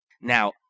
Now